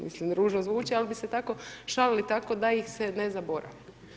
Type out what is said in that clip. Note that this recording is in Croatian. Mislim ružno zvuči ali bi se tako šalili, tako da ih se ne zaboravlja.